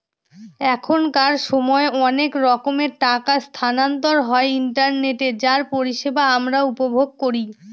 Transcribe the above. এখনকার সময় অনেক রকমের টাকা স্থানান্তর হয় ইন্টারনেটে যার পরিষেবা আমরা উপভোগ করি